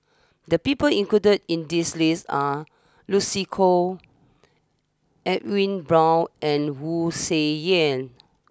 the people included in this list are Lucy Koh Edwin Brown and Wu Tsai Yen